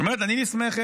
היא אומרת: אני נסמכת